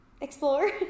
explore